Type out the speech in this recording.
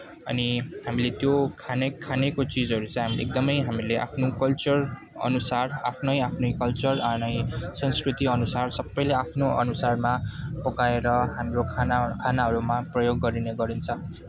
अनि हामीले त्यो खाने खानेको चिजहरू चाहिँ हामीले एकदमै हामीले आफ्नो कल्चर अनुसार आफ्नै आफ्नै कल्चर आफ्नै संस्कृतिअनुसार सबैले आफ्नो अनुसारमा पकाएर हाम्रो खाना खानाहरूमा प्रयोग गरिने गरिन्छ